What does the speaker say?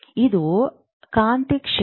ಇದು ಕಾಂತಕ್ಷೇತ್ರ